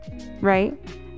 Right